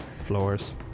floors